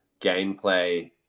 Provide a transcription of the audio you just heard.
gameplay